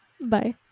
Bye